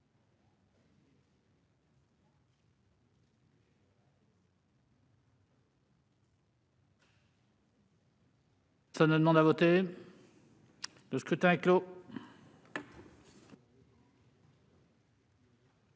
Le scrutin est clos.